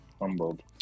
Humbled